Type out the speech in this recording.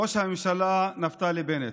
ראש הממשלה נפתלי בנט,